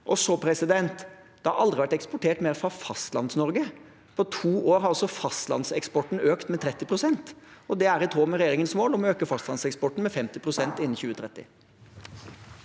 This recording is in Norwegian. til noe problem. Det har aldri vært eksportert mer fra Fastlands-Norge. På to år har altså fastlandseksporten økt med 30 pst., og det er i tråd med regjeringens mål om å øke fastlandseksporten med 50 pst. innen 2030.